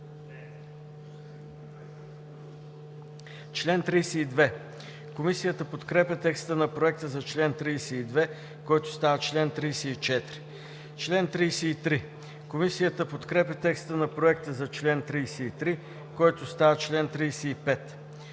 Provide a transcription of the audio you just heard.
чл. 39. Комисията подкрепя текста на проекта за чл. 38, който става чл. 40. Комисията подкрепя текста на проекта за чл. 39, който става чл. 41.